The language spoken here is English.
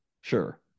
Sure